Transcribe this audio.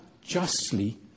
justly